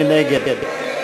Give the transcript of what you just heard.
מי נגד?